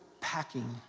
packing